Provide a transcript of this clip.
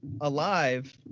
alive